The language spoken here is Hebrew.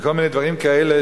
וכל מיני דברים כאלה,